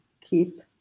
keep